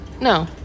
No